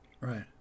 Right